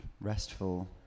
restful